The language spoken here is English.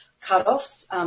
cut-offs